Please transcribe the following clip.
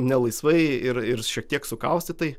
ne laisvai ir ir šiek tiek sukaustytai